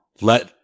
let